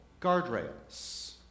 guardrails